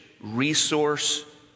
resource